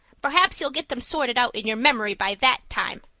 perhaps you'll get them sorted out in your memory by that time.